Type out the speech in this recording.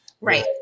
Right